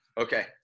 Okay